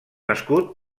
escut